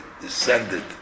descended